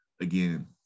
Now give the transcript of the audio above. again